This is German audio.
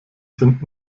sind